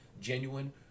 genuine